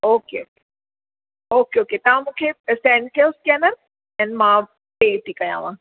okay okay okay तव्हां मूंखे send कयो स्कैनर देन मां पे थी कयांव